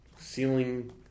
Ceiling